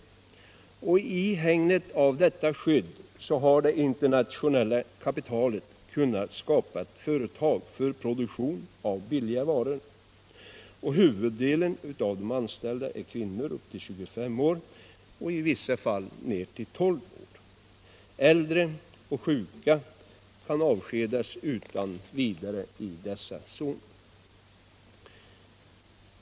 I hägnet av detta skydd har det internationella kapitalet kunnat skapa företag för produktion av billiga varor. Huvuddelen av de anställda är kvinnor upp till 25 år och i vissa fall ner till 12 år. Äldre och sjuka kan avskedas utan vidare i dessa zoner.